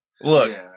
Look